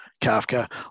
Kafka